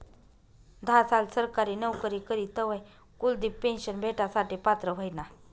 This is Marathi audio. धा साल सरकारी नवकरी करी तवय कुलदिप पेन्शन भेटासाठे पात्र व्हयना